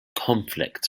conflicts